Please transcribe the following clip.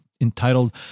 entitled